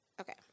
Okay